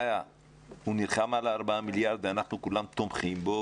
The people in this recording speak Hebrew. הוא נלחם על הארבעה מיליארד שקלים ואנחנו כולנו תומכים בו,